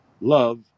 love